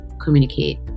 communicate